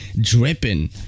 Dripping